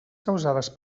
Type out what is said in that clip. causades